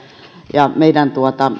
ja meidän